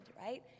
right